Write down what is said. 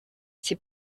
c’est